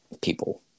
people